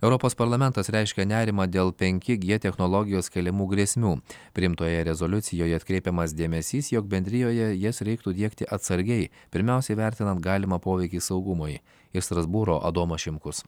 europos parlamentas reiškia nerimą dėl oenki g technologijos keliamų grėsmių priimtoje rezoliucijoje atkreipiamas dėmesys jog bendrijoje jas reiktų diegti atsargiai pirmiausia įvertinant galimą poveikį saugumui ir strasbūro adomas šimkus